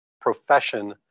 profession